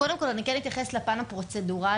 קודם כול אתייחס לפן הפרוצדורלי.